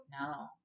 No